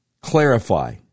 clarify